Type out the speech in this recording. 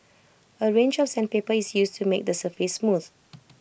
A range of sandpaper is used to make the surface smooth